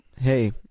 hey